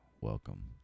Welcome